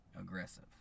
aggressive